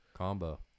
Combo